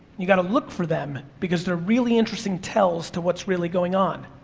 you gotta look for them, because they're really interesting tells to what's really going on,